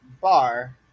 bar